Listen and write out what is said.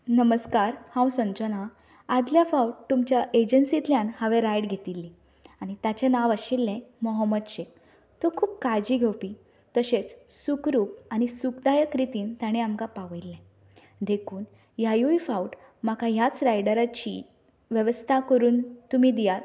नमस्कार हांव संजना आदले फावट तुमच्या एजेंसींतल्यान हावें रायड घेतिल्ली आनी ताचें नांव आशिल्लें मोहम्मद शेख तो खूब काळजी घेवपी तशेंच सुखरू आनी सुखदायक रितीन ताणें आमकां पावल्या देखून ह्याय फावट म्हाका ह्याच रायडराची वेवस्था करून तुमी दियात